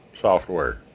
software